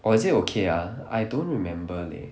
or is it okay ah I don't remember leh